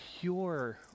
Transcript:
pure